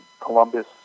Columbus